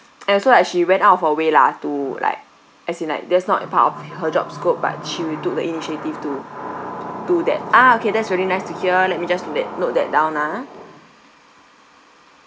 and so like she went out of her way lah to like as in like that's not part of her job scope but she will took the initiative to do that ah okay that's really nice to hear let me just note that note that down ah